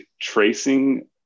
tracing